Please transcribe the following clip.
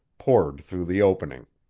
poured through the opening.